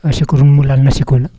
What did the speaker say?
असे करून मुलांना शिकवलं